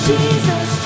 Jesus